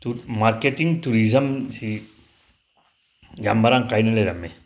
marketing ꯇꯨꯔꯤꯖꯝꯁꯤ ꯌꯥꯝ ꯃꯔꯥꯡ ꯀꯥꯏꯅ ꯂꯩꯔꯝꯃꯤ